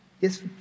Yes